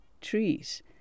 trees